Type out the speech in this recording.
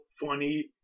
funny